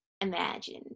imagined